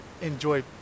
enjoy